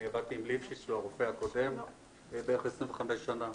אני עבדתי עם ד"ר ליפשיץ שהוא הרופא הקודם בערך 25 שנה,